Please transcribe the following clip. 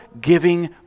giving